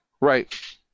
Right